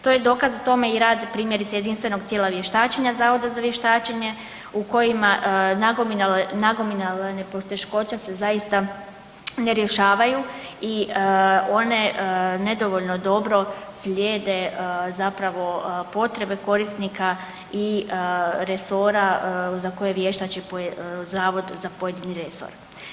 To je dokaz tome i rad primjerice jedinstvenog tijela vještačenja Zavoda za vještačenje u kojima nagomilane poteškoće se zaista ne rješavaju i one nedovoljno dobro slijede zapravo potrebe korisnika i resora za koje vještači zavod za pojedini resor.